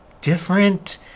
different